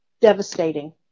devastating